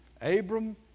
Abram